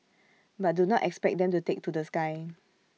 but do not expect them to take to the sky